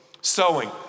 sowing